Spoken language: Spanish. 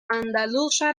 andaluza